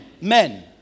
men